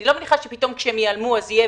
אני לא מניחה שפתאום כשהם ייעלמו יהיה